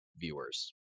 viewers